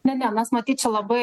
ne ne mes matyt čia labai